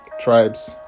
tribes